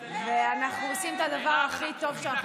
ואנחנו עושים את הדבר הכי טוב שאנחנו